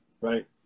right